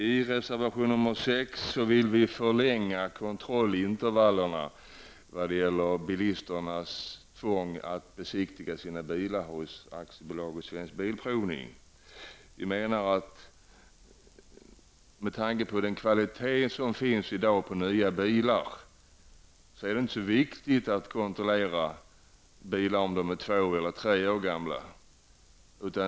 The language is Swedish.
I reservation nr 6 vill vi förlänga kontrollintervallerna vad gäller bilisternas tvång att besiktiga sina bilar hos AB Svensk Bilprovning. Med tanke på den kvalitet som de nya bilarna i dag har är det inte så viktigt att kontrollera bilar om de är två eller tre år gamla.